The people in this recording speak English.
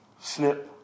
Snip